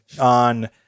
on